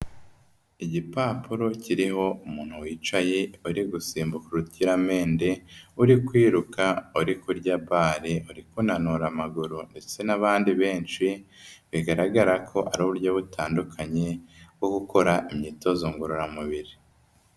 Igipapuro kiriho umuntu wicaye uri gusimbuka urukiramende, uri kwiruka uri kurya bare, uri kunanura amaguru ndetse n'abandi benshi, bigaragara ko ari uburyo butandukanye bwo gukora imyitozo ngororamubiri.